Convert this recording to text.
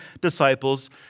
disciples